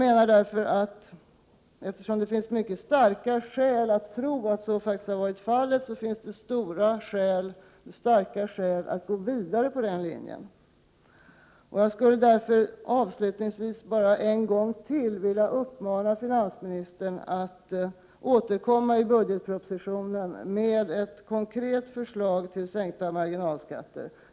Eftersom det finns mycket starka skäl att tro att det faktiskt har varit så, finns det också anledning att gå vidare på denna väg. Avslutningsvis skulle jag bara en gång till vilja uppmana finansministern att återkomma i budgetpropositionen med ett konkret förslag till sänkning av marginalskatterna.